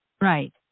Right